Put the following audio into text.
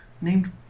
named